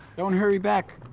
don't hurry back.